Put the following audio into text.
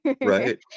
right